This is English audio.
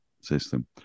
system